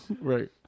right